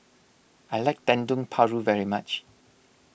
I like Dendeng Paru very much